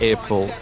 April